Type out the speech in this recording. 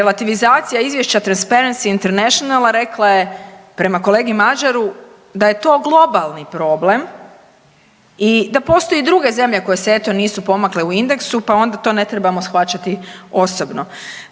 relativizacija izvješća Transparency Internationala rekla je prema kolegi Mažaru da je to globalni problem i da postoje druge zemlje koje se eto nisu pomakle u indeksu pa onda to ne trebamo shvaćati osobno,